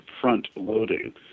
front-loading